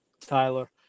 Tyler